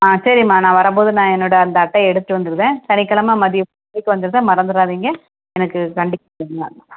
ஆ சரிம்மா நான் வரம் போது நான் என்னோட அந்த அட்டையை எடுத்துகிட்டு வந்துருதேன் சனிக்கிலம மதியம் கடைக்கு வந்துடுறேன் மறந்துறாதீங்க எனக்கு கண்டிப்பாக